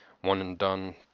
one-and-done